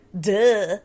Duh